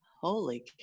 Holy